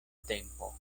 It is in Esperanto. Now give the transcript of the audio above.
tempo